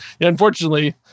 Unfortunately